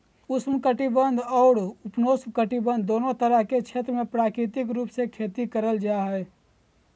उष्ण कटिबंधीय अउर उपोष्णकटिबंध दोनो तरह के क्षेत्र मे प्राकृतिक रूप से खेती करल जा हई